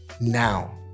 Now